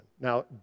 Now